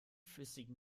flüssigem